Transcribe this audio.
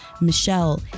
Michelle